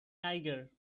tiger